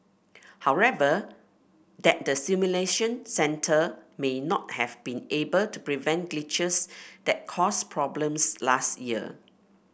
however that the simulation centre may not have been able to prevent glitches that caused problems last year